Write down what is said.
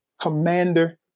commander